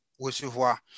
recevoir